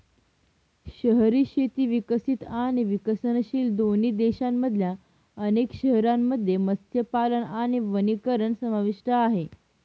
शहरी शेती विकसित आणि विकसनशील दोन्ही देशांमधल्या अनेक शहरांमध्ये मत्स्यपालन आणि वनीकरण समाविष्ट आहे